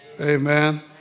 Amen